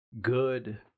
Good